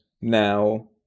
Now